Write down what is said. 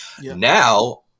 Now